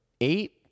Eight